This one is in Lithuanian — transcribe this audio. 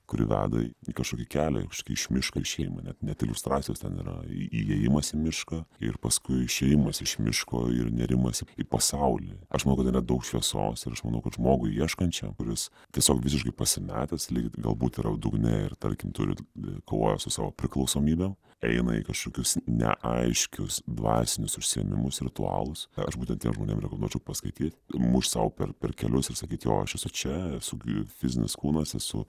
kuri veda į kažkokį kelią iš miško išėjimą net net iliustracijos ten yra įėjimas į mišką ir paskui išėjimas iš miško ir nėrimas į pasaulį aš manau kad yra daug šviesos ir aš manau kad žmogui ieškančiam kuris tiesiog visiškai pasimetęs lyg galbūt yra dugne ir tarkim turi kovoja su savo priklausomybėm eina į kažkokius neaiškius dvasinius užsiėmimus ritualus aš būtent tiem žmonėm rekomenduočiau paskaityt mušt sau per per kelius ir sakyt jo aš esu čia esu fizinis kūnas esu